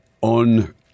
on